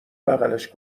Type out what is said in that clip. بغلش